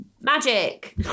Magic